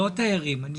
יש